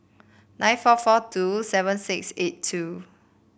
nine four four two seven six eight two